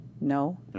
No